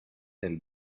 tels